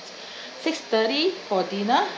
six thirty for dinner